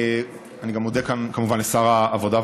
אני מודה כאן כמובן גם לשר העבודה והרווחה,